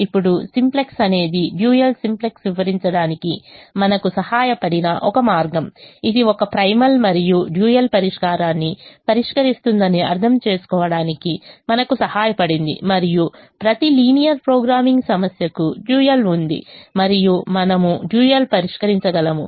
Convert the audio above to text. ఇప్పుడు సింప్లెక్స్ అనేది dual simplex వివరించడానికి మనకు సహాయపడిన ఒక మార్గం ఇది ఒక ప్రైమల్ మరియు డ్యూయల్ పరిష్కారాన్ని పరిష్కరిస్తుందని అర్థం చేసుకోవడానికి మనకు సహాయపడింది మరియు ప్రతి లీనియర్ ప్రోగ్రామింగ్ సమస్యకు డ్యూయల్ ఉంది మరియు మనము డ్యూయల్ పరిష్కరించగలము